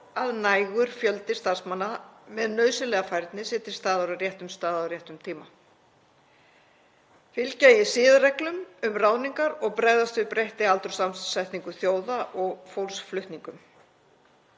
að nægur fjöldi starfsmanna með nauðsynlega færni sé til staðar á réttum stað á réttum tíma. Fylgja eigi siðareglum um ráðningar og bregðast við breyttri aldurssamsetningu þjóða og fólksflutningum.